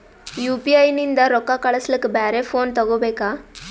UPI ನಿಂದ ರೊಕ್ಕ ಕಳಸ್ಲಕ ಬ್ಯಾರೆ ಫೋನ ತೋಗೊಬೇಕ?